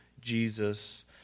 Jesus